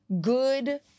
good